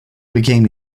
became